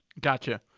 Gotcha